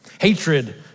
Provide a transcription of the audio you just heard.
Hatred